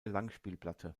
langspielplatte